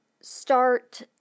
start